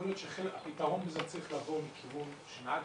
יכול להיות שהפתרון צריך לבוא מהכיוון שלנהג